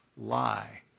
lie